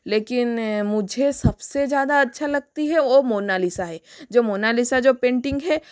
लेकिन मुझे सबसे ज़्यादा अच्छा लगती है वह मोनालिसा है जो मोनालिसा जो पेंटिग है